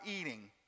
eating